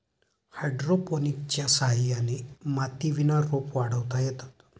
हायड्रोपोनिक्सच्या सहाय्याने मातीविना रोपं वाढवता येतात